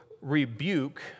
rebuke